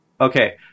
Okay